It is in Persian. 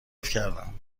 کردم